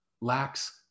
lacks